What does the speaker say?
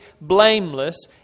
blameless